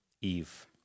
Eve